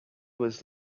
was